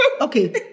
Okay